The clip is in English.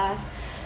class